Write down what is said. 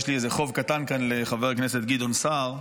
יש לי איזה חוב קטן לחבר הכנסת גדעון סער,